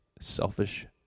Selfish